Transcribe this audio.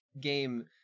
game